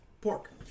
pork